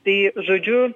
tai žodžiu